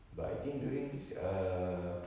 but I think during cir~ err